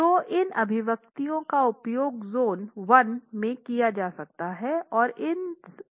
तो इन अभिव्यक्तियों का उपयोग ज़ोन 1 में किया जा सकता है